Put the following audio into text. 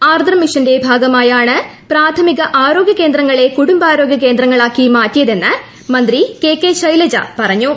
ആർദ്രം മിഷന്റെ ഭാഗമായാണ് പ്രാഥമിക ആരോഗ്യ കേന്ദ്രങ്ങളെ കുടുംബാരോഗൃ കേന്ദ്രങ്ങളിക്കി മാറ്റിയതെന്ന് മന്ത്രി കെ കെ ശൈലജ പറഞ്ഞു